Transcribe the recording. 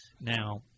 Now